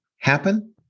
Happen